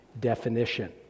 definition